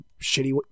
shitty